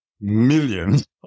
millions